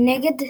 מנגד,